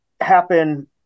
happen